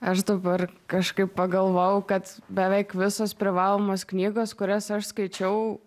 aš dabar kažkaip pagalvojau kad beveik visos privalomos knygos kurias aš skaičiau